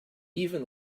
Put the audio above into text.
even